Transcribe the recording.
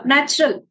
Natural